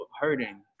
hurting